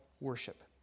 worship